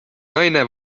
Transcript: naine